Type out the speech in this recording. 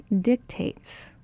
dictates